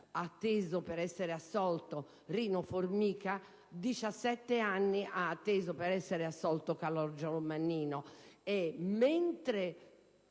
atteso per essere assolto Rino Formica, 17 anni ha atteso per essere assolto Calogero Mannino.